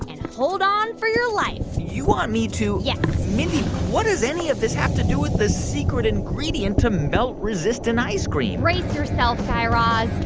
and hold on for your life you want me to. yes mindy, what does any of this have to do with the secret ingredient to melt-resistant ice cream brace yourself, guy raz.